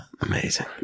Amazing